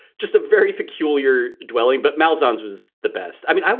just a very peculiar dwelling. but mallesons was the best. i mean,